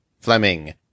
Fleming